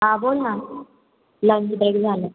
आ बोल ना lunch break झालं